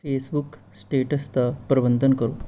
Facebook status ਦਾ ਪ੍ਰਬੰਧਨ ਕਰੋ